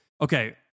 okay